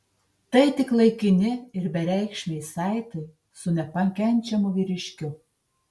tai tik laikini ir bereikšmiai saitai su nepakenčiamu vyriškiu